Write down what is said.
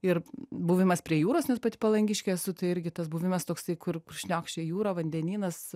ir buvimas prie jūros nes pati palangiškė esu tai irgi tas buvimas toksai kur šniokščia jūra vandenynas